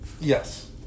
Yes